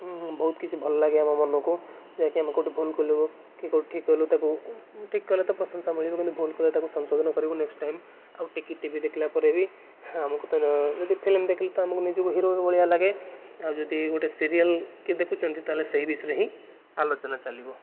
ଉଁ ବହୁତ କିଛି ଭଲ ଲାଗେ ଆମ ମନକୁ ଯାହାକି ଆମେ କେଉଁଠି ଭୁଲ୍ କଲୁ କି କେଉଁଠି ଠିକ୍ କଲୁ ତାକୁ ଠିକ୍ କଲେ ତ ପ୍ରଶଂସା ମିଳିବ କିନ୍ତୁ ଭୁଲ୍ କଲେ ତାକୁ ସଂଶୋଧନ କରିବୁ ନେଷ୍ଟ ଟାଇମ୍ ଆଉ ଟିକିଏ ଟି ଭି ଦେଖିଲା ପରେ ବି ଆମକୁ ତ ଯଦି ଫିଲିମ ଦେଖିଲେ ତ ଆମୁକୁ ନିଜକୁ ହିରୋ ଭଳିଆ ଲାଗେ ଆଉ ଯଦି ଗୋଟେ ସିରିଏଲ କିଏ ଦେଖୁଛନ୍ତି ତାହାଲେ ସେଇ ବିଷୟରେ ହିଁ ଆଲୋଚନା ଚାଲିବ